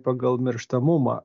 pagal mirštamumą